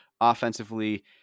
offensively